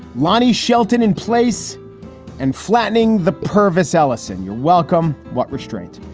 lonnie shelton in place and flattening the purvis ellison. you're welcome. what restraint?